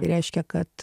reiškia kad